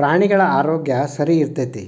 ಪ್ರಾಣಿಗಳ ಆರೋಗ್ಯ ಸರಿಇರ್ತೇತಿ